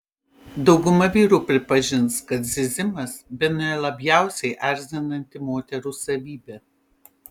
dauguma vyrų pripažins kad zyzimas bene labiausiai erzinanti moterų savybė